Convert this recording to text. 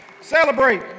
Celebrate